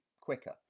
quicker